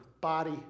body